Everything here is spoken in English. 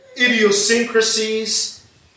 idiosyncrasies